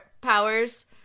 powers